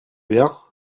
bien